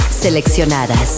Seleccionadas